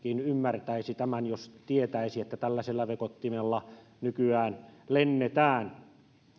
ymmärtäisi tämän jos tietäisi että tällaisella vekottimella nykyään lennetään